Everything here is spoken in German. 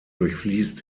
durchfließt